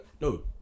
no